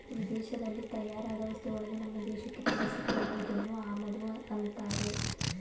ವಿದೇಶದಲ್ಲಿ ತಯಾರಾದ ವಸ್ತುಗಳನ್ನು ನಮ್ಮ ದೇಶಕ್ಕೆ ತರಿಸಿ ಕೊಳ್ಳುವುದನ್ನು ಆಮದು ಅನ್ನತ್ತಾರೆ